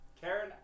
Karen